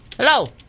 Hello